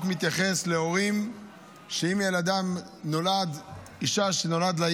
אני מתכבד להביא את הצעת חוק עבודת נשים (היעדרות בן זוג בשל אשפוז פג).